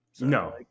No